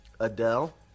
Adele